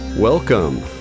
Welcome